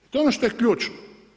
To je ono što je ključno.